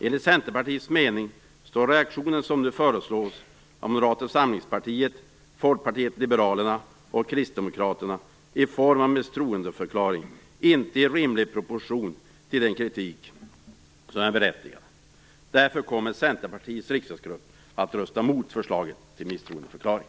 Enligt Centerpartiets mening står reaktionen som nu föreslås av Moderata samlingspartiet, Folkpartiet liberalerna och Kristdemokraterna i form av misstroendeförklaring inte i rimlig proportion till den kritik som är berättigad. Därför kommer Centerpartiets riksdagsgrupp att rösta mot förslaget till misstroendeförklaring.